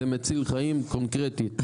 זה מציל חיים קונקרטי.